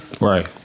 Right